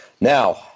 Now